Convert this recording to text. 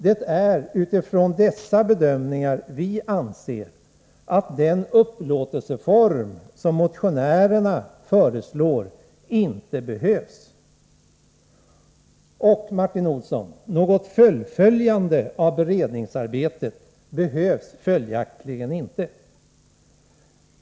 Det är utifrån dessa bedömningar som vi anser att den upplåtelseform som motionärerna föreslår inte behövs. Och, Martin Olsson, något fullföljande av beredningsarbetet behövs följaktligen inte.